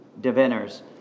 diviners